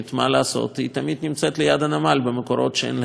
תמיד נמצאת ליד הנמל, במקומות שאין להם מקורות נפט